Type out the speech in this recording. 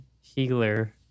healer